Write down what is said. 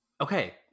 Okay